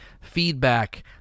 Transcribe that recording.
feedback